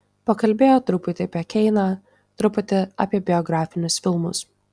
pakalbėjo truputį apie keiną truputį apie biografinius filmus